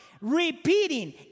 repeating